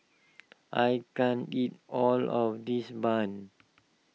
I can't eat all of this Bun